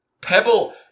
Pebble